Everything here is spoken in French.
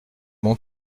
mon